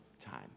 time